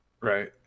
Right